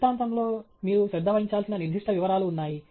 దృష్టాంతంలో మీరు శ్రద్ధ వహించాల్సిన నిర్దిష్ట వివరాలు ఉన్నాయి